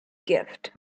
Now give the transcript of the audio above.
gift